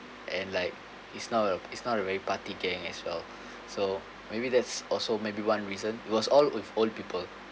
and like is not a is not a very party gang as well so maybe that's also maybe one reason it was all with old people